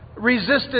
resisted